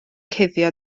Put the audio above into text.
cuddio